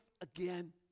again